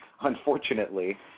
unfortunately